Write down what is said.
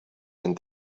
and